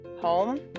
home